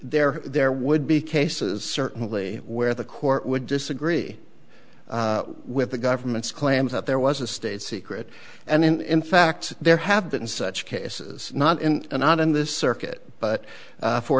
there there would be cases certainly where the court would disagree with the government's claims that there was a state secret and in fact there have been such cases not in a not in this circuit but